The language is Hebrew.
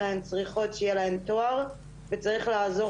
אלא הן צריכות שיהיה להן תואר וצריך לעזור